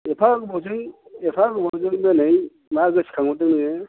एफा गोबावजों एफा गोबावजों दिनै मा गोसोखांहरदों नोङो